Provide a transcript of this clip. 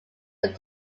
but